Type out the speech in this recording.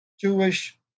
Jewish